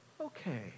okay